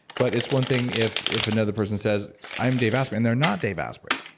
but it's one thing if if another person says i'm dave asprey and they're not dave asprey.